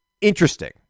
interesting